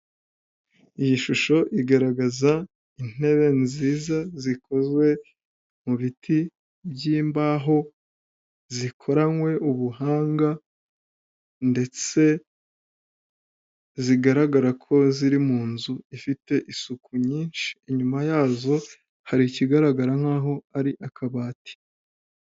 Iyi shusho igaragaza intebe nziza zikozwe mu biti byimbaho zikoranywe ubuhanga ndetse zigaragara ko ziri mu nzu ifite isuku nyinshi inyuma yazo hari ikigaragara nkaho ari akabati.